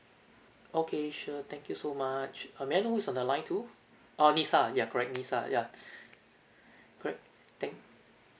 okay sure thank you so much uh may I know who's on the line too orh lisa ya correct lisa ya correct thank